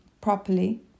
properly